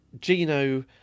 Gino